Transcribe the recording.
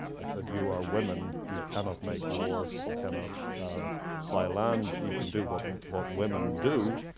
they said, you are women. you cannot make war. you cannot buy land. you can do what what women do,